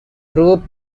group